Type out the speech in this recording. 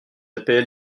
apl